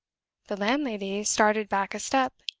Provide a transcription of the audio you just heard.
the landlady started back a step.